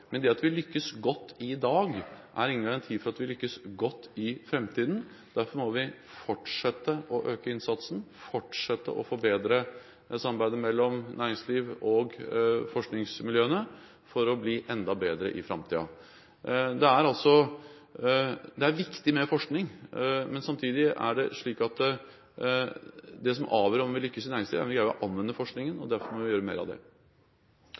Men det at vi lykkes godt i dag, er ingen garanti for at vi lykkes godt i framtiden. Derfor må vi fortsette å øke innsatsen, fortsette å forbedre samarbeidet mellom næringslivet og forskningsmiljøene for å bli enda bedre i framtiden. Det er viktig med forskning, men samtidig er det slik at det som avgjør om vi lykkes i næringslivet, er om greier å anvende forskningen, og derfor må vi gjøre mer av det.